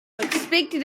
expected